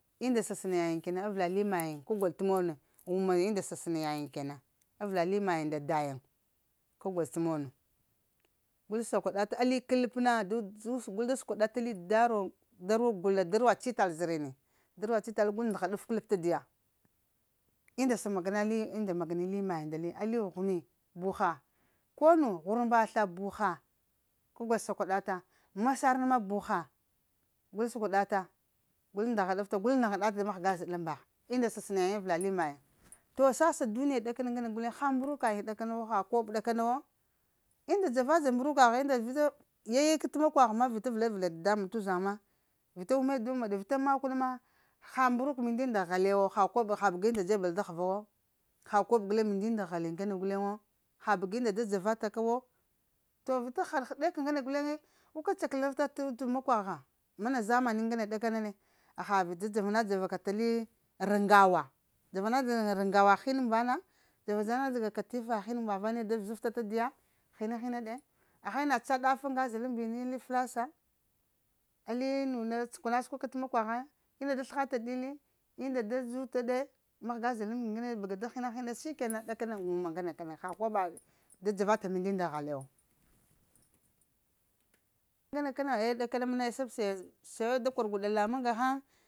Unda sa sənaya yiŋ avəla li mayiŋ ka gol t'mono. Wuma unda sa səna yayiŋ kenan, avəla li mayiŋ nda dayiŋ ka gol t'mono gul sakwaɗata ali kəlpi na, gul da səkwaɗa ali dar daruwa gul na darawa cital zərini, daruwa cital gul ndəha ɗaf kəlp ta diya unda maga na li unda magana li mayin nda dayiŋ. Ali ghuni buha konu ghwurmbazla buha ka gol sakwadata masar na ma buha gul səkwadata gul ndaha ɗafta gul laghata da mahga zəɗa lambagha unda sa sənəŋ yayiŋ avəla li mayiŋ to sasa duniya ŋgane dakana ŋgana guleŋ. Ha mbruka yiŋ dakana ha koɓ ɗa kana wo, und dzavadza mbrukagh vita yaya ka t'makwagh ma vita vəlaɗa vəla dadamuŋ t'uzaŋ ma vita wume da wuma ɗe vita makwəɗ ma, ha mbruk m ndunda halaya wi ha koɓu ha bəgunda dzebel da həva wo ha koɓo ngane mən ndu nda halaya wo, ha bəunda da dzavata ka wo. To vita haɗ həɗe ka ŋgana guleŋe, guka cakal afta t'makwa gha mana zamani ŋgane, ɗaana ne? Ha vita dzava na dzava ka tali rəŋgawa, dzava na dzava ka rəngawa hin muŋ vana dzava na dzava ka katifa hin va vane da vəzaftaɗ ta diya hina hina ɗe, aha ina ca ɗaf ŋga zəɗa lambini, li flasa ali nune səkwana səkwa ka t'makwa gha ina da sləha taɗ dili inda da da zuta ɗe inahga zəɗalambini ŋgane, bəga da hina hin ɗe sikenan ɗaka na wuma ŋgane kə ɗakana ha koɓa da dzava ta ka məŋ ndu nda halaya wo na ŋga na kana eh ɗakana məna eh sabai se weɗ da kor gwaɗa lamuŋ ga haŋ